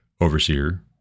overseer